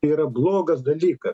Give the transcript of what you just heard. yra blogas dalyka